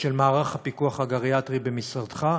של מערך הפיקוח הגריאטרי במשרדך.